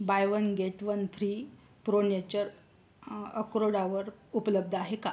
bye one get one free pro nature अक्रोडावर उपलब्ध आहे का